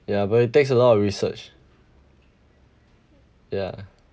yeah but it takes a lot of research